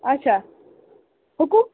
آچھا حُکُم